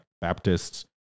Baptists